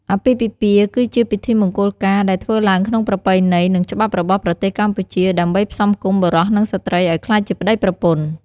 អាពាហ៍ពិពាហ៍ គឺជាពិធីមង្គលការដែលធ្វើឡើងក្នុងប្រពៃណី និងច្បាប់របស់ប្រទេសកម្ពុជា ដើម្បីផ្សំផ្គុំបុរសនិងស្ត្រីឲ្យក្លាយជាប្ដីប្រពន្ធ។